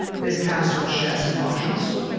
this canister would share some functions.